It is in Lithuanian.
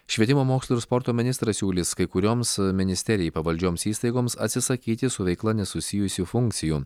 švietimo mokslo ir sporto ministras siūlys kai kurioms ministerijai pavaldžioms įstaigoms atsisakyti su veikla nesusijusių funkcijų